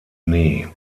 nee